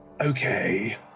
okay